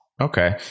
Okay